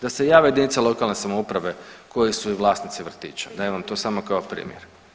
Da se jave jedinice lokalne samouprave koje su i vlasnici vrtića, dajem vam to samo kao primjer.